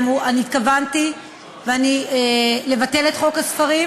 אני התכוונתי ואני אבטל את חוק הספרים,